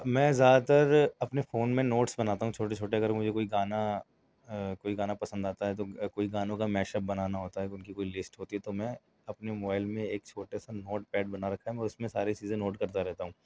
میں زیادہ تر اپنے فون میں نوٹس بناتا ہوں چھوٹے چھوٹے اگر مجھے کوئی گانا کوئی گانا پسند آتا ہے تو کوئی گانوں کا میشپ بنانا ہوتا ہے ان کی کوئی لسٹ ہوتی ہے تو میں اپنے موبائل میں ایک چھوٹے سے نوٹ پیڈ بنا رکھا ہے میں اس میں ساری چیزیں نوٹ کرتا رہتا ہوں